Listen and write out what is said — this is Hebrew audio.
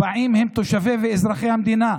40 הם תושבי ואזרחי המדינה,